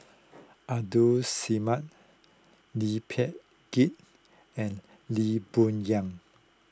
Abdul Samad Lee Peh Gee and Lee Boon Yang